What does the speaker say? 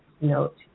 note